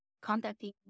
contacting